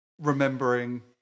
remembering